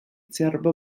cerba